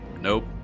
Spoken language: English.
Nope